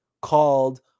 called